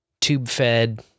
tube-fed